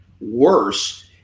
worse